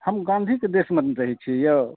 हम गांधीके देशमे ने रहैत छियै यौ